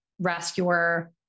rescuer